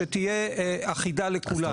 שתהיה אחידה לכולם.